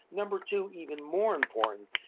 number two, even more important,